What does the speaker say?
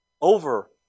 over